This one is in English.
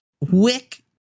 wick